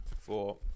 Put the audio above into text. four